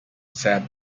said